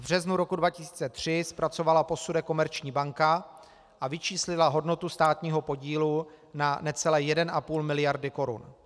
V březnu roku 2003 zpracovala posudek Komerční banka a vyčíslila hodnotu státního podílu na necelé 1,5 miliardy korun.